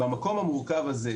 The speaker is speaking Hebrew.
במקום המורכב הזה,